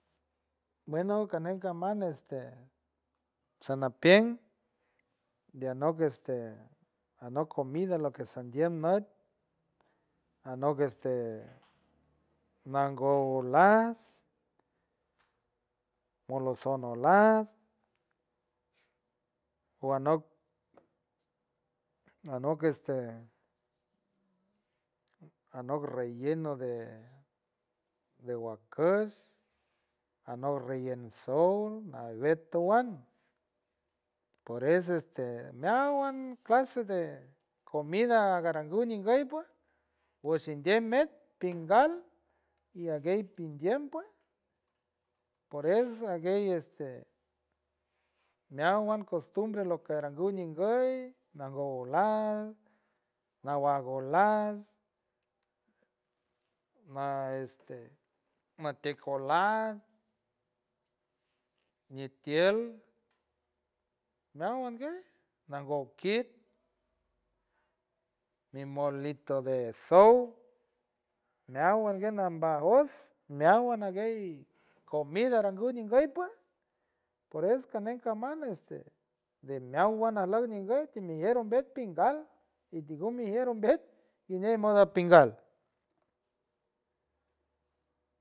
Bueno caney camant este sanapient de anock este anock comoda lo que sandiom nuty anock este mongowulast molosonolaf o anock, anock este anock relleno de, de huacush anock rellen sow nanbien tu wan por eso este meowan clase de comida garanguy nguow pue huashindei medpingal y u aguey pindiem pue por eso aguey este meowan costumbre lo que arangu ngoy nango ñulaw nawagolaw na este matiek olat ñitiel meowan guuey nanga ukit mi molito de sow meowan ndaj majos meowan aguey comida arangu ñi goy pue por eso caney caman este de meowan alaik nguy timijero vet pingal y tigun dijeron vet y ñe modai pingal.